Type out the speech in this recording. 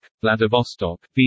Vladivostok